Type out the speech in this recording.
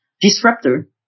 disruptor